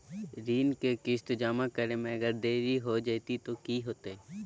ऋण के किस्त जमा करे में अगर देरी हो जैतै तो कि होतैय?